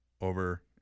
over